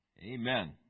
Amen